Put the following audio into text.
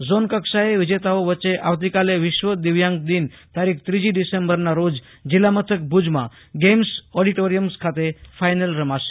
zone કક્ષાએ વિજેતાઓ વચ્ચે આવતીકાલ વિશ્વ દિવ્યાંગ દિન તરીખ ત્રીજી ડિસેમ્બરના રોજ જિલ્લા મથક ભુજમાં ગેઈમ્સ ઓડિટોરીયમ ખાતે ફાઈનલ યોજાશે